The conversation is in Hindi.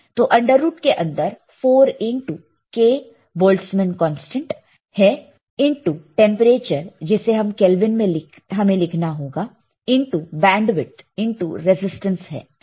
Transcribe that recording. तो अंडर रूट के अंदर 4 into k k Boltzmann constant है इनटू टेंपरेचर जिसे हमें केल्विन में लिखना होगा इनटू बैंडविथ इनटू रेजिस्टेंस है